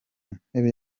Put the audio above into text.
ntebe